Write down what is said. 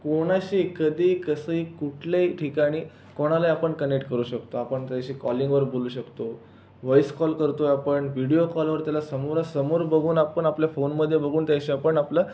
कोणाशी कधीही कसंही कुठल्याही ठिकाणी कोणालाही आपण कनेक्ट करू शकतो आपण त्याशी कॉलिंगवर बोलू शकतो वाईस कॉल करतो आपण विडिओ कॉलवर त्याला समोरासमोर बघून आपण आपल्या फोनमध्ये बघून त्याच्याशी आपण आपलं